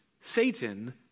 Satan